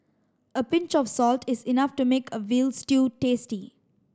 a pinch of salt is enough to make a veal stew tasty